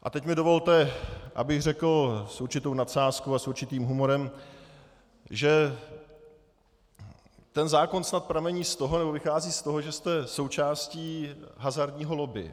A teď mi dovolte, abych řekl s určitou nadsázkou a s určitým humorem, že ten zákon snad pramení z toho nebo vychází z toho, že jste součástí hazardního lobby.